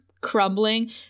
crumbling